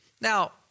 Now